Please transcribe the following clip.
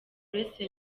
grace